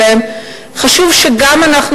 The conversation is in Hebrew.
חשוב שגם אנחנו,